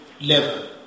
level